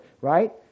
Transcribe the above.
right